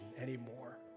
anymore